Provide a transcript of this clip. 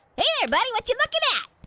hey there, buddy, whatcha lookin at?